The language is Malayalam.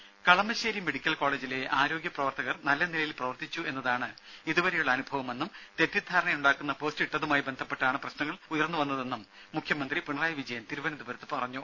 ദേദ കളമശ്ശേരി മെഡിക്കൽ കോളേജിലെ ആരോഗ്യപ്രവർത്തകർ നല്ല നിലയിൽ പ്രവർത്തിച്ചു എന്നതാണ് ഇതുവരെയുള്ള അനുഭവമെന്നും തെറ്റിധാരണയുണ്ടാക്കുന്ന പോസ്റ്റിട്ടതുമായി ബന്ധപ്പെട്ടാണ് പ്രശ്നങ്ങൾ ഉയർന്നു വന്നതെന്നും മുഖ്യമന്ത്രി പിണറായി വിജയൻ തിരുവനന്തപുരത്ത് പറഞ്ഞു